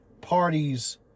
parties